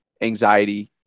anxiety